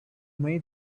made